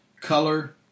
color